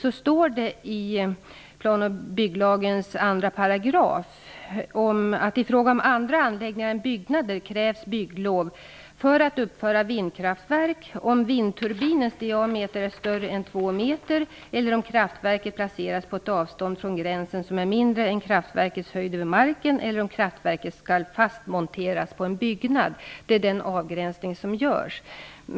Det står i planoch bygglagen 8 kap. 2 § att ifråga om andra anläggningar än byggnader krävs bygglov för att uppföra vindkraftverk, om vindturbinens diameter är större än två meter eller om kraftverket placeras på ett avstånd från gränsen som är mindre än kraftverkets höjd över marken eller om kraftverket skall fast monteras på en byggnad. Detta är den avgränsning som görs.